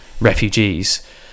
refugees